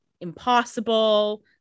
impossible